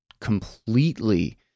completely